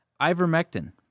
ivermectin